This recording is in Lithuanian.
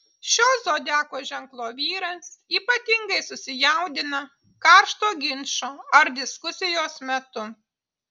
šio zodiako ženklo vyras ypatingai susijaudina karšto ginčo ar diskusijos metu